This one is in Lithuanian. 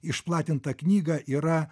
išplatintą knygą yra